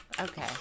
Okay